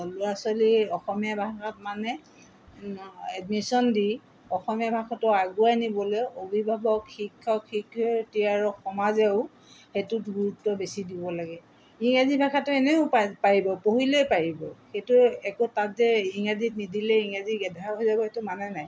ল'ৰা ছোৱালী অসমীয়া ভাষাত মানে এডমিশ্যন দি অসমীয়া ভাষাটো আগুৱাই নিবলৈ অভিভাৱক শিক্ষক শিক্ষয়িত্ৰী আৰু সমাজেও সেইটোত গুৰুত্ব বেছি দিব লাগে ইংৰাজী ভাষাটো এনেও পা পাৰিব পঢ়িলে পাৰিব সেইটো একো তাত যে ইংৰাজীত নিদিলে ইংৰাজী গেধা হৈ যাব সেইটো মানে নাই